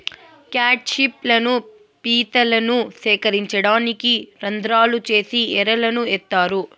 cat fish లను, పీతలను సేకరించడానికి రంద్రాలు చేసి ఎరలను ఏత్తారు